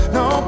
no